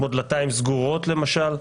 כמו דלתיים סגורות למשל,